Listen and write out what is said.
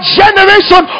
generation